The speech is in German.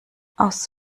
aus